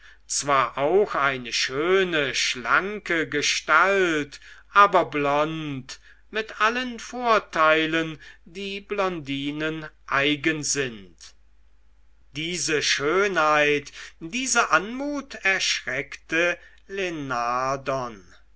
zwar auch eine schöne schlanke gestalt aber blond mit allen vorteilen die blondinen eigen sind diese schönheit diese anmut erschreckte